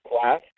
class